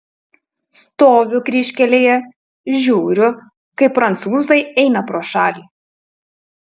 stoviu kryžkelėje žiūriu kaip prancūzai eina pro šalį